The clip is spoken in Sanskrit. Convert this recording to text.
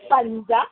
पञ्च